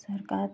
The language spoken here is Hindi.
सरकार